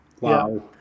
Wow